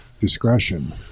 discretion